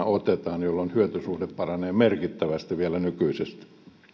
otetaan jolloin hyötysuhde paranee merkittävästi vielä nykyisestä